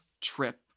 trip